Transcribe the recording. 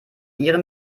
ihre